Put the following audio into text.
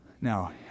Now